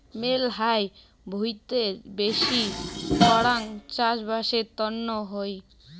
মেলহাই ভুঁইতে বেশি করাং চাষবাসের তন্ন হই